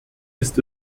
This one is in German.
ist